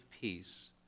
peace